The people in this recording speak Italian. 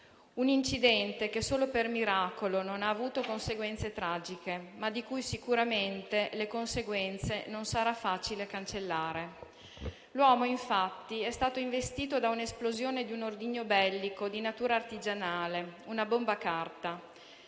Un incidente che solo per miracolo non ha avuto conseguenze tragiche, ma che ha comunque avuto conseguenze che non sarà facile cancellare. L'uomo, infatti, è stato investito da un'esplosione di un ordigno bellico di natura artigianale - una bomba carta